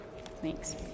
Thanks